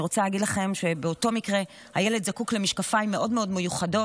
אני רוצה להגיד לכם שבאותו מקרה הילד זקוק למשקפיים מאוד מאוד מיוחדים